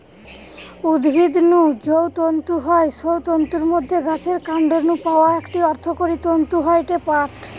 উদ্ভিদ নু যৌ তন্তু হয় সৌ তন্তুর মধ্যে গাছের কান্ড নু পাওয়া একটি অর্থকরী তন্তু হয়ঠে পাট